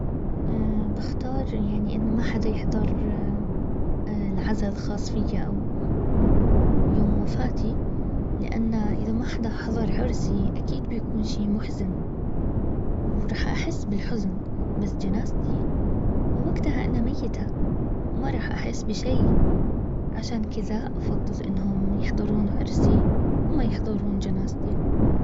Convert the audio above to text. ابختار يعني انه ما حدا يحضر العزا الخاص فيا او يوم وفاتي لانه اذا ما حدا حضر عرفي اكيد بكون شي محزن. وهو رح احس بالحزن بس جنازتي ووقتها انا ميته وما راح احس بشي عشان كده افضل انهم يحضرون عرسي وما يحضرون جنازتي